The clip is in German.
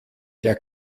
der